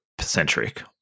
centric